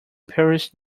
puris